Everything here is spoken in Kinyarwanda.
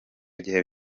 gihe